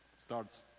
Starts